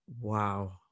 Wow